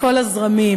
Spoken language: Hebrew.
מכל הזרמים,